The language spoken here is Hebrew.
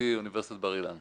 אוניברסיטה בר אילן